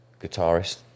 Guitarist